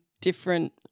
different